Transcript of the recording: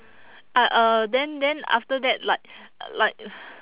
but uh then then after that like like